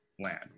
land